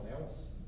else